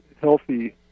healthy